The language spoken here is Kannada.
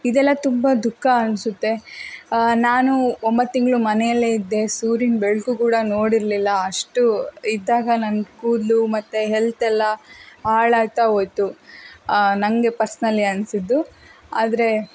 ಇದೆಲ್ಲ ತುಂಬ ದುಃಖ ಅನಿಸುತ್ತೆ ನಾನು ಒಂಬತ್ತು ತಿಂಗಳು ಮನೆಯಲ್ಲೇ ಇದ್ದೆ ಸೂರ್ಯನ ಬೆಳಕು ಕೂಡ ನೋಡಿರಲಿಲ್ಲ ಅಷ್ಟು ಇದ್ದಾಗ ನನ್ನ ಕೂದಲು ಮತ್ತು ಹೆಲ್ತ್ ಎಲ್ಲ ಹಾಳಾಗ್ತಾ ಹೋಯ್ತು ನನಗೆ ಪರ್ಸ್ನಲಿ ಅನಿಸಿದ್ದು ಆದರೆ